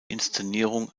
inszenierung